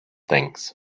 things